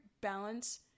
balance